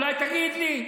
אולי תגיד לי.